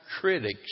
critics